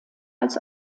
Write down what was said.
als